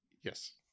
Yes